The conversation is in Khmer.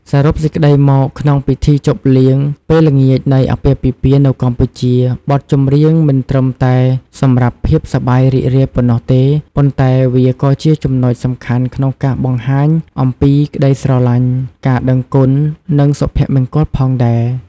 សរុបសេចក្តីមក ក្នុងពិធីជប់លៀងពេលល្ងាចនៃអាពាហ៍ពិពាហ៍នៅកម្ពុជា បទចម្រៀងមិនត្រឹមតែសម្រាប់ភាពសប្បាយរីករាយប៉ុណ្ណោះទេ ប៉ុន្តែវាក៏ជាចំណុចសំខាន់ក្នុងការបង្ហាញអំពីក្តីស្រឡាញ់ ការដឹងគុណ និងសុភមង្គលផងដែរ។